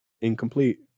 incomplete